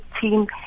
team